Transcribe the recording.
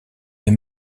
les